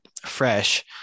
fresh